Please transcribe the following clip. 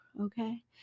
okay